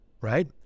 right